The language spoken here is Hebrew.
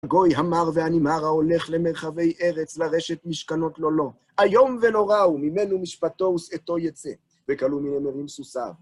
גוי המר והנמהר ההולך למרחבי ארץ, לרשת משכנות לא לו. איום ונורא הוא, ממנו משפטו ושאתו יצא, וקלו מנמרים סוסיו.